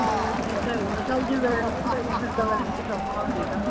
ਓ ਇਹ ਤਾਂ ਹੈਗਾ ਚੱਲ ਜੇ ਵੈਨ ਵੂਨ ਆਈ ਫਿਰ ਤਾਂ ਵੈਨ 'ਚ ਸੌਖਾ ਹੋਜੇਗਾ